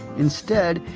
instead,